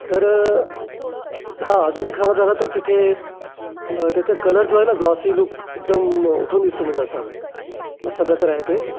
तर हां अजून एक सांगायचं झालं तर तिथे तेचं कलर जो आहे ना ग्लॉसी लूक एकदम उठून दिसतो म्हणजे असा असा प्रकारे आहे ते